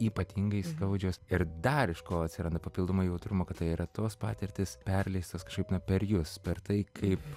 ypatingai skaudžios ir dar iš ko atsiranda papildomo jautrumo kad tai yra tos patirtys perleistos kažkaip na per jus per tai kaip